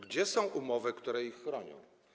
Gdzie są umowy, które ich chronią?